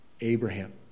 Abraham